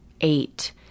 eight